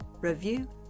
review